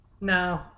No